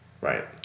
Right